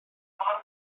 mor